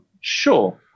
Sure